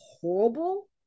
horrible